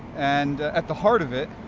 and at the heart of it,